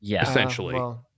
essentially